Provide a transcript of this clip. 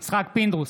יצחק פינדרוס,